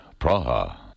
Praha